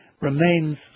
remains